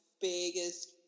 biggest